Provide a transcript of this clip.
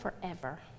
forever